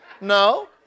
No